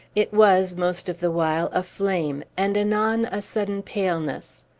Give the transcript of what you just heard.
it was, most of the while, a flame, and anon a sudden paleness.